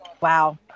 Wow